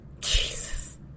Jesus